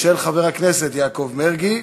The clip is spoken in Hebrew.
של חברי הכנסת יעקב מרגי,